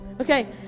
Okay